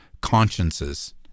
consciences